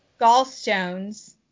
gallstones